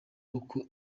uko